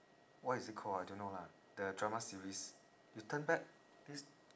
what is it call I don't know lah the drama series you turn back this